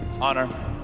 honor